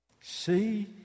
See